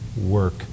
work